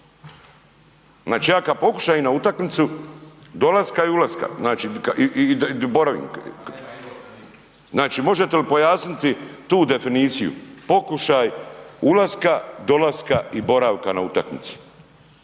Znači ja kad pokušam i na utakmicu dolaska i ulaska znači i boravim. Znači možete li pojasniti tu definiciju, pokušaj ulaska, dolaska i boravka na utakmici.